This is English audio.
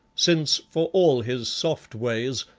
since for all his soft ways,